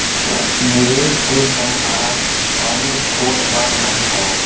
निवेस के सम्हारल कउनो छोट बात नाही हौ